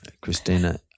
Christina